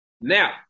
Now